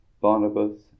Barnabas